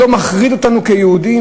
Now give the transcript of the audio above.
לא מחריד אותנו כיהודים?